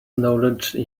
knowledge